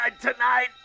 tonight